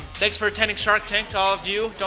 thanks for attending shark tank. to all of you,